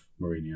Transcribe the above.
Mourinho